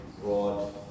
broad